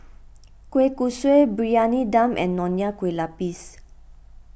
Kueh Kosui Briyani Dum and Nonya Kueh Lapis